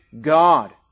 God